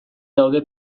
daude